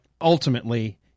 ultimately